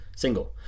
single